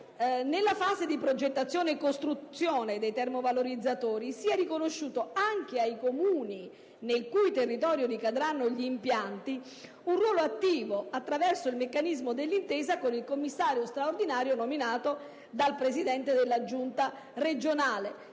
nella fase di progettazione e costruzione dei termovalorizzatori sia riconosciuto anche ai Comuni nel cui territorio ricadranno gli impianti un ruolo attivo, attraverso il meccanismo dell'intesa con il commissario straordinario nominato dal presidente della giunta regionale.